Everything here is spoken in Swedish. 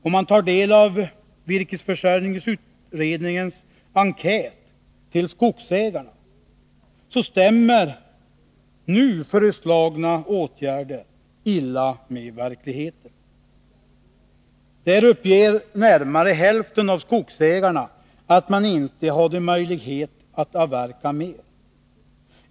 Om man tar del av svaren på virkesförsörjningsutredningens enkät till skogsägarna, finner man att nu föreslagna åtgärder stämmer illa med verkligheten. I enkätsvaren uppger närmare hälften av skogsägarna att de inte hade möjlighet att avverka mer.